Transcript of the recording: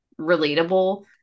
relatable